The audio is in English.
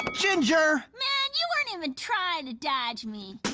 ginger! man, you weren't even trying to dodge me.